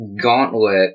gauntlet